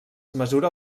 mesura